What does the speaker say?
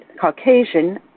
Caucasian